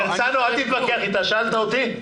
שאלת אותי?